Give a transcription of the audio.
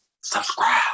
subscribe